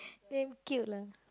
damn cute lah